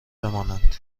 بمانند